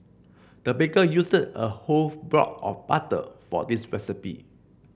the baker used a whole block of butter for this recipe